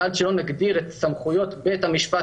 ועד שלא נגדיר את סמכויות בית המשפט